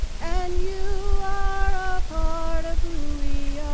and you are a part of who we